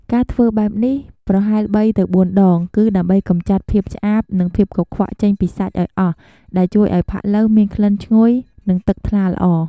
ការធ្វើបែបនេះប្រហែលបីទៅបួនដង គឺដើម្បីកម្ចាត់ភាពឆ្អាប និងភាពកខ្វក់ចេញពីសាច់ឱ្យអស់ ដែលជួយឱ្យផាក់ឡូវមានក្លិនឈ្ងុយ និងទឹកថ្លាល្អ។